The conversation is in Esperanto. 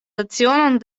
lecionon